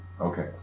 Okay